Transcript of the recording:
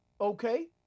okay